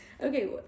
Okay